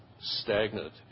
stagnant